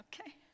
okay